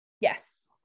Yes